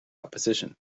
opposition